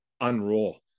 unroll